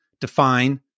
Define